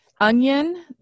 onion